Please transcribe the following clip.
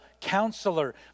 counselor